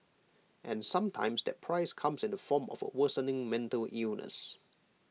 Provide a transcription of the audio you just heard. and sometimes that price comes in the form of A worsening mental illness